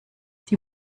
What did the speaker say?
die